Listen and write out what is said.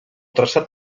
traçat